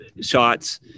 shots